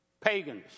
pagans